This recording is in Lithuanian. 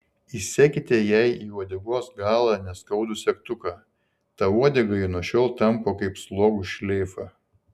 įsekite jai į uodegos galą neskaudų segtuką tą uodegą ji nuo šiol tampo kaip slogų šleifą